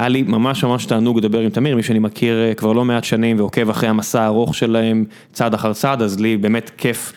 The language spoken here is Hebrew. היה לי ממש ממש תענוג לדבר עם תמיר, מי שאני מכיר כבר לא מעט שנים ועוקב אחרי המסע הארוך שלהם צעד אחר צעד, אז לי באמת כיף.